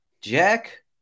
Jack